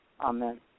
Amen